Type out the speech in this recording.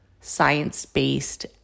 science-based